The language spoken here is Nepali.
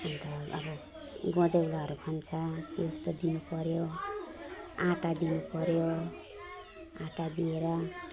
अब गनेउलाहरू खान्छ त्यस्तो दिनुपऱ्यो आँटा दिनुपऱ्यो आँटा दिएर